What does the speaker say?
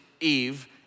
Eve